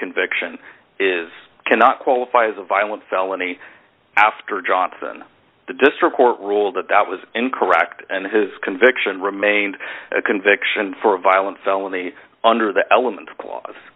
conviction is cannot qualify as a violent felony after johnson the district court ruled that that was incorrect and his conviction remained a conviction for a violent felony under the element cla